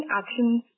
actions